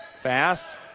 Fast